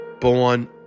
born